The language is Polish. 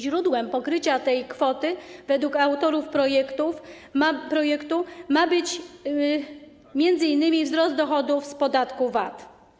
Źródłem pokrycia tej kwoty według autorów projektu ma być m.in. wzrost dochodów z podatku VAT.